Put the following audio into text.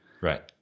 Right